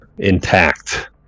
Intact